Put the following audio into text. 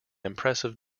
impressive